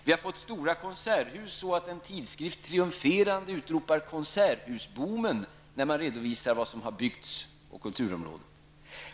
Vi har fått stora konserthus, och en tidskrift utropar triumferande ''Konserthusboomen!'' när man redovisar vad som har byggts på kulturområdet.